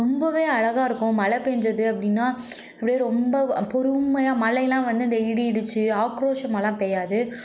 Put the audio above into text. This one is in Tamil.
ரொம்பவே அழகாக இருக்கும் மழை பெஞ்சது அப்படின்னா அப்படியே ரொம்ப பொறுமையாக மழையெலாம் வந்து அந்த இடி இடிச்சு ஆக்ரோஷமாயெலாம் பெய்யாது